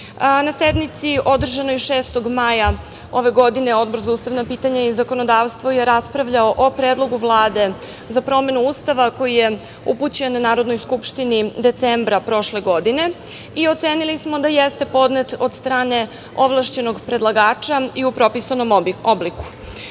na sednici održanoj 6.maja 2021. godine, Odbor za ustavna pitanja i zakonodavstvo je raspravljao o Predlogu Vlade za promenu Ustava koji je upućen Narodnoj skupštini decembra prošle godine i ocenili smo da jeste podnet od strane ovlašćenog predlagača i u propisanom obliku. Sada